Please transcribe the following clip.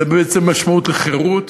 זו בעצם המשמעות של חירות,